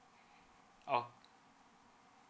okay